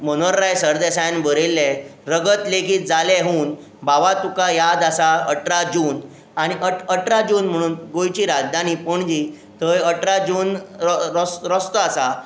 मनोहरराय सरदेसायान बरयल्लें रगत लेगीत जालें हून भावा तुका याद आसा अठरा जून आनी अट अठरा जून म्हुणून गोंयची राजधानी पणजी थंय अठरा जून रो रोस रस्तो आसा